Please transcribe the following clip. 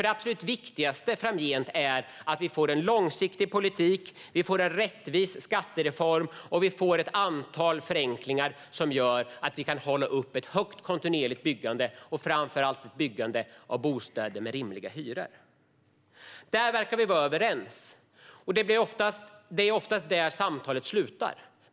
Det absolut viktigaste framgent är att vi får en långsiktig politik, en rättvis skattereform samt ett antal förenklingar som gör att vi kan hålla uppe ett stort, kontinuerligt byggande - framför allt ett byggande av bostäder med rimliga hyror. Där verkar vi vara överens, och det är oftast där samtalet slutar.